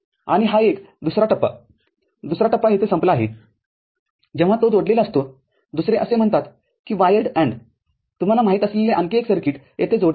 आणि हा एक दुसरा टप्पा दुसरा टप्पा इथे संपला आहे जेव्हा तो जोडलेला असतो दुसरे असे म्हणतात की वायर्ड ANDतुम्हाला माहीत असलेले आणखी एक सर्किटयेथे जोडलेले आहे